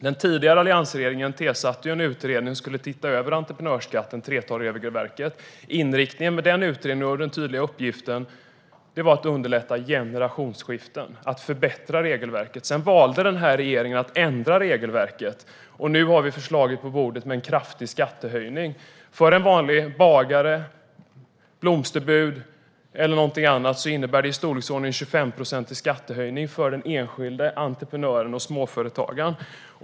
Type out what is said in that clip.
Den tidigare alliansregeringen tillsatte en utredning som skulle titta över entreprenörskatten, 3:12-regelverket. Inriktningen på den utredningen och den tydliga uppgiften var att underlätta generationsskiften och att förbättra regelverket. Sedan valde denna regering att ändra regelverket. Nu har vi förslaget på bordet med en kraftig skattehöjning. För en vanlig bagare, ett blomsterbud eller någonting annat innebär det en skattehöjning i storleksordningen 25 procent för den enskilde entreprenören och småföretagaren.